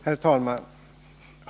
Herr talman!